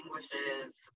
distinguishes